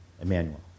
Emmanuel